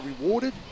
rewarded